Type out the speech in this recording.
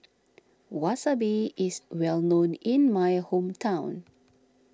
Wasabi is well known in my hometown